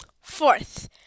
Fourth